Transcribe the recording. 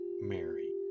mary